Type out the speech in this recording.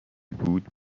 بود